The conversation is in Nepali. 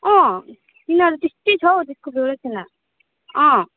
अँ तिनीहरू त्यस्तै छ त्यसको बेहोरै छैन अँ